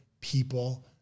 people